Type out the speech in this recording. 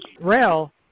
rail